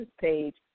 page